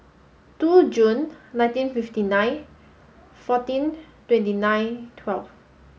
two Jun nineteen fifty nine fourteen twenty nine twelve